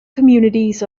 communities